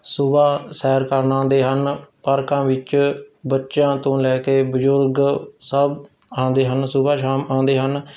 ਸੁਬਾਹ ਸੈਰ ਕਰਨ ਆਉਂਦੇ ਹਨ ਪਾਰਕਾਂ ਵਿੱਚ ਬੱਚਿਆਂ ਤੋਂ ਲੈ ਕੇ ਬਜ਼ੁਰਗ ਸਭ ਆਉਂਦੇ ਹਨ ਸੁਬਾਹ ਸ਼ਾਮ ਆਉਂਦੇ ਹਨ